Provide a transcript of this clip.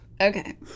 Okay